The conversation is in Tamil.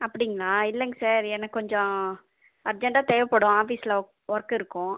அப்படிங்களா இல்லைங்க சார் எனக்கு கொஞ்சம் அர்ஜெண்ட்டாக தேவப்படும் ஆஃபீஸில் ஒர்க் இருக்கும்